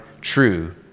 true